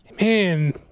Man